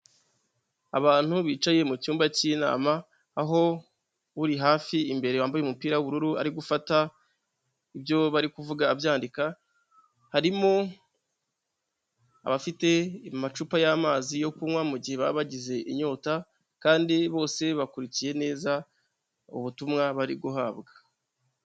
Abantu bicaye mu cyumba cy'inama aho uri hafi imbere wambaye umupira w'ubururu, ari gufata ibyo bari kuvuga abyandika, harimo abafite amacupa y'amazi yo kunywa mu gihe baba bagize inyota kandi bose bakurikiye neza ubutumwa bari guhabwa.